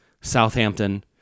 Southampton